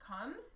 comes